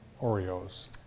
Oreos